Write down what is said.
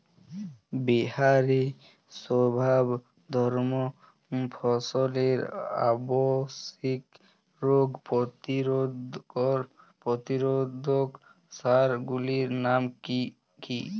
বাহারী শোভাবর্ধক ফসলের আবশ্যিক রোগ প্রতিরোধক সার গুলির নাম কি কি?